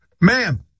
Ma'am